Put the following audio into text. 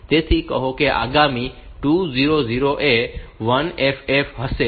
તેથી કહો કે આગામી 2000 એ 1FFF હશે